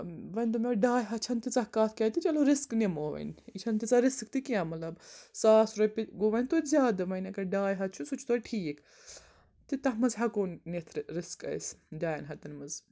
وۄنۍ دوٚپ مےٚ ڈاے ہَتھ چھَنہٕ تیٖژاہ کَتھ کیاہ تہِ چلو رِسٕک نِمو وۄنۍ یہِ چھَنہٕ تیٖژاہ رِسٕک تہِ کینٛہہ مطلب ساس رۄپیہ گوٚو وَنۍ توتہِ زیادٕ وۄنۍ اگر ڈاے ہتھ چھُ سُہ چھُ توہہِ ٹھیٖکھ تہِ تَتھ منٛز ہیکو نِتھ رِسک أسہِ ڈایَن ہَتَن منٛز